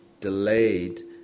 delayed